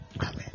Amen